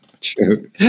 True